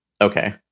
Okay